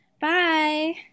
Bye